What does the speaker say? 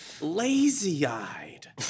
Lazy-eyed